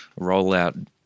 rollout